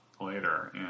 later